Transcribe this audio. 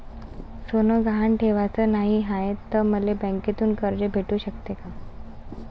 सोनं गहान ठेवाच नाही हाय, त मले बँकेतून कर्ज भेटू शकते का?